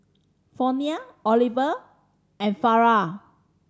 Fronia Oliver and Farrah